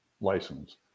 license